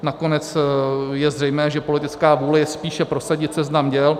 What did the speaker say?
Nakonec je zřejmé, že politická vůle je spíše prosadit seznam děl.